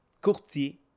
courtier